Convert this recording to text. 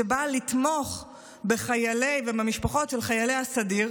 שבאה לתמוך בחיילים ובמשפחות של חיילי הסדיר